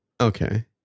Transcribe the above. Okay